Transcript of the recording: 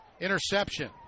interception